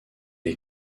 est